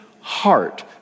heart